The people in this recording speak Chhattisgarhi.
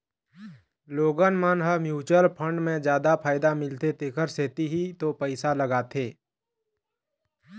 लोगन मन ह म्युचुअल फंड म जादा फायदा मिलथे तेखर सेती ही तो पइसा लगाथे